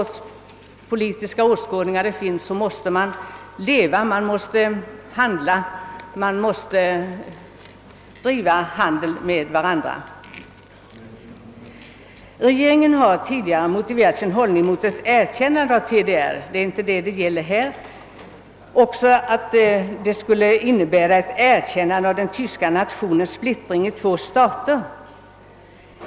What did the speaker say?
Vilka politiska åskådningar man än har måste man leva och driva handel med varandra. Regeringen har tidigare motiverat sin hållning med att ett erkännande av TDR — det är emellertid inte detta saken nu gäller — skulle innebära ett erkännande också av den tyska nationens splittring i två stater.